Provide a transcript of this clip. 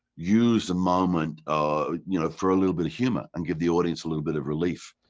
use the moment ah you know for a little bit of humor and give the audience a little bit of relief,